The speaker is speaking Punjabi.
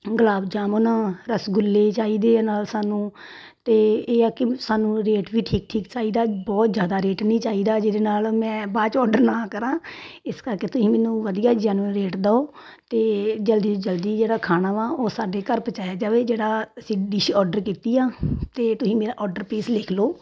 ਗੁਲਾਬ ਜਾਮੁਨ ਰਸਗੁੱਲੇ ਚਾਹੀਦੇ ਆ ਨਾਲ ਸਾਨੂੰ ਅਤੇ ਇਹ ਆ ਕਿ ਸਾਨੂੰ ਰੇਟ ਵੀ ਠੀਕ ਠੀਕ ਚਾਹੀਦਾ ਬਹੁਤ ਜ਼ਿਆਦਾ ਰੇਟ ਨਹੀਂ ਚਾਹੀਦਾ ਜਿਹਦੇ ਨਾਲ ਮੈਂ ਬਾਅਦ 'ਚ ਔਡਰ ਨਾ ਕਰਾਂ ਇਸ ਕਰਕੇ ਤੁਸੀਂ ਮੈਨੂੰ ਵਧੀਆ ਜੈਨੂਅਨ ਰੇਟ ਦਿਓ ਅਤੇ ਜਲਦੀ ਤੋਂ ਜਲਦੀ ਜਿਹੜਾ ਖਾਣਾ ਵਾ ਉਹ ਸਾਡੇ ਘਰ ਪਹੁੰਚਾਇਆ ਜਾਵੇ ਜਿਹੜਾ ਅਸੀਂ ਡਿਸ਼ ਔਡਰ ਕੀਤੀ ਆ ਅਤੇ ਤੁਸੀਂ ਮੇਰਾ ਔਡਰ ਪਲੀਜ ਲਿਖ ਲਓ